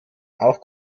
auch